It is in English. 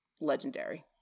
legendary